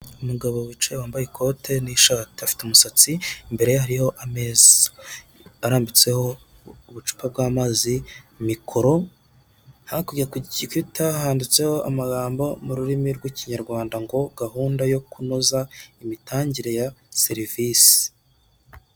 Umugabo wicaye wambaye ikote n'ishati afite umusatsi, imbere harihoho ameza arambitseho ubucupa bw'amazi, mikoro, hakurya ku gikuta handitseho amagambo mu rurimi rw'ikinyarwanda ngo gahunda yo kunoza imitangire ya serivisi.